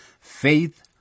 faith